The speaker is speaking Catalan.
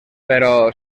però